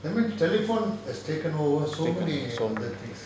I mean telephone has taken over so many things